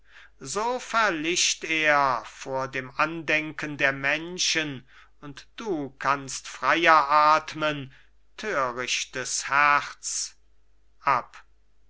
so verlischt er vor dem andenken der menschen und du kannst freier atmen törichtes herz